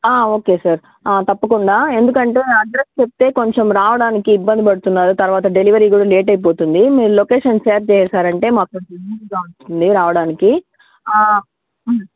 okay sir ఆ తప్పకుండా ఎందుకంటే అడ్రస్ చెప్తే కొంచెం రావడానికి ఇబ్బంది పడుతున్నారు తర్వాత డెలివరీ కూడా లేట్ అయిపోతుంది మీరు కొంచెం లొకేషన్ షేర్ చేసారంటే మాకు కొంచెం ఈజీగా ఉంటుంది రావడానికి